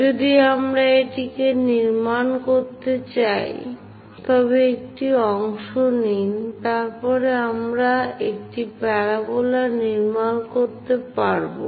যদি আমরা এটিকে নির্মাণ করতে চাই তবে একটি অংশ নিন তারপর আমরা একটি প্যারাবোলা নির্মাণের করতে পারবো